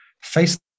face